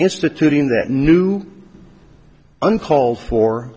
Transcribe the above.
instituting that new uncalled for